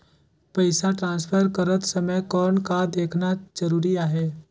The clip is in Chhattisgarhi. पइसा ट्रांसफर करत समय कौन का देखना ज़रूरी आहे?